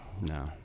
No